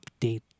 update